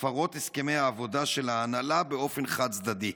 הפרות הסכמי העבודה של ההנהלה באופן חד-צדדי?